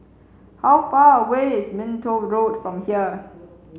how far away is Minto Road from here